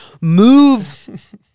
move